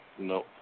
No